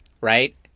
Right